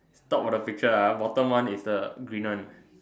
top of the picture ah bottom one is the green one